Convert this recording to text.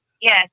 Yes